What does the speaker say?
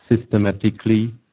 systematically